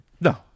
No